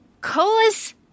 Colas